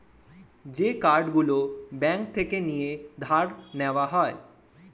যে কার্ড গুলো ব্যাঙ্ক থেকে নিয়ে ধার নেওয়া যায়